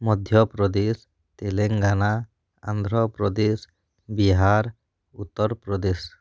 Madhya Pradesh Telangana Andhra Pradesh Bihar Uttar Pradesh